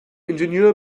ingenieur